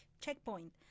checkpoint